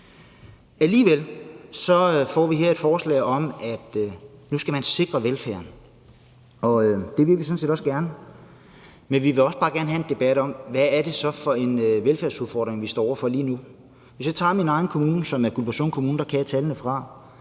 Alligevel får vi her et forslag om, at man skal sikre velfærden, og det vil vi sådan set også gerne, men vi vil også bare gerne have en debat om, hvad det så er for en velfærdsudfordring, vi står over for lige nu. Hvis jeg tager min egen kommune, som er Guldborgsund Kommune – der kan jeg tallene fra